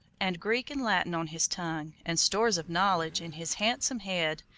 and greek and latin on his tongue, and stores of knowledge in his handsome head,